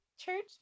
church